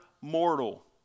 mortal